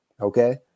okay